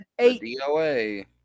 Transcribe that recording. Doa